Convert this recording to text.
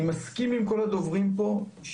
אני גם יכולה להעיד אישית על הבן שלי וגם על משפחות אחרות,